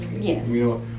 Yes